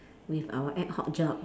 with our ad hoc job